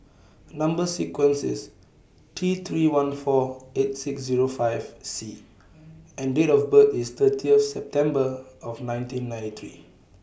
Number sequence IS T three one four eight six Zero five C and Date of birth IS thirty September of nineteen ninety three